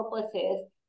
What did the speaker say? purposes